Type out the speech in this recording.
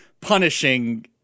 punishing